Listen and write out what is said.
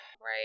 Right